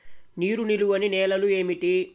నీరు నిలువని నేలలు ఏమిటి?